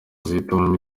zihitamo